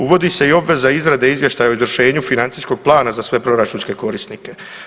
Uvodi se i obveza izrade izvještaja o izvršenju financijskog plana za sve proračunske korisnike.